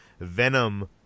Venom